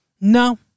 No